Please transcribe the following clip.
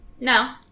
No